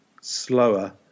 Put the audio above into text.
slower